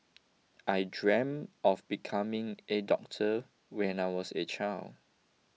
I dreamt of becoming a doctor when I was a child